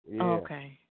Okay